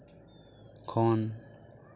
ᱠᱷᱚᱱ